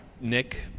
Nick